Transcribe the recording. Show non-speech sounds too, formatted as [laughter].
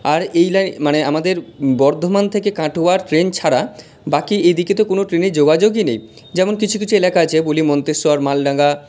আর এই [unintelligible] মানে আমাদের বর্ধমান থেকে কাটোয়ার ট্রেন ছাড়া বাকি এদিকে তো কোনো ট্রেনে যোগাযোগই নেই যেমন কিছু কিছু এলাকা আছে বলি মন্তেশ্বর মালডাঙ্গা